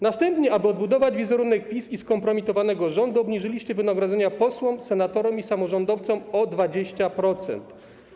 Następnie, aby odbudować wizerunek PiS i skompromitowanego rządu, obniżyliście wynagrodzenia posłom, senatorom i samorządowcom o 20%.